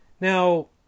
Now